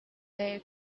their